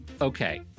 Okay